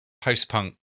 post-punk